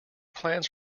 plans